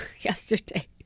yesterday